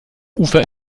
ufer